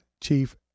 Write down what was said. chief